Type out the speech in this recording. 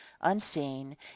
unseen